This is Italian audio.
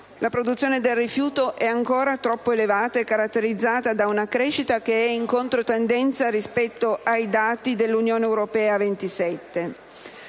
La produzione del rifiuto è ancora troppo elevata ed è caratterizzata da una crescita che è in controtendenza rispetto ai dati dell'Unione europea a 27.